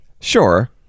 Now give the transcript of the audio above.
sure